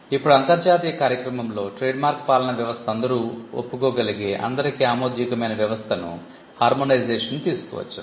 ఇప్పుడు అంతర్జాతీయ కార్యక్రమంలో ట్రేడ్మార్క్ పాలనా వ్యవస్థ అందరూ ఒప్పుకోగలిగే అందరికి ఆమోదయోగ్యమైన వ్యవస్థను తీసుకు వచ్చింది